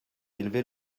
élever